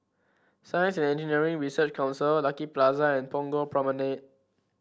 Science Engineering Research Council Lucky Plaza and Punggol Promenade